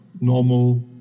normal